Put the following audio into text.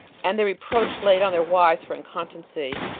and the reproach laid on their wives for incontinency,